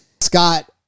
Scott